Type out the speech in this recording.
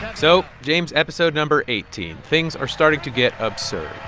so james episode number eighteen things are starting to get absurd.